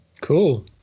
Cool